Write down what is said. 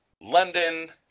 London